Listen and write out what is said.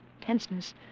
tenseness